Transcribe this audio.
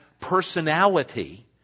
personality